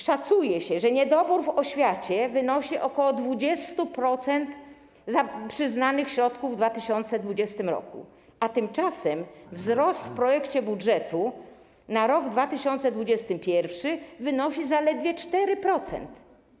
Szacuje się, że niedobór w oświacie wynosi ok. 20% przyznanych środków w 2020 r., a tymczasem wzrost w projekcie budżetu na rok 2021 wynosi zaledwie 4%.